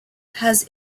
has